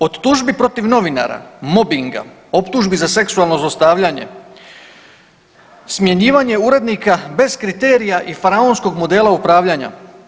Od tužbi protiv novinara, mobinga, optužbi za seksualno zlostavljanje, smjenjivanje urednika bez kriterija i faraonskog modela upravljanja.